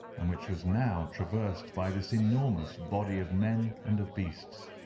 and which was now traversed by this enormous body of men and of beasts.